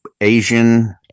Asian